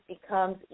becomes